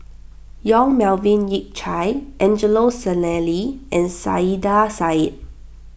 Yong Melvin Yik Chye Angelo Sanelli and Saiedah Said